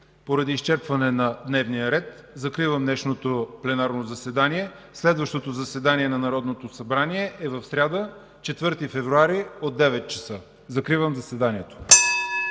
поради изчерпване на дневния ред закривам днешното пленарно заседание. Следващото заседание на Народното събрание е в сряда, 4 февруари 2015 г., от 9,00 ч. Закривам заседанието.